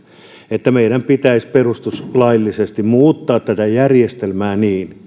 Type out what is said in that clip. että meidän pitäisi perustuslaillisesti muuttaa tätä järjestelmää niin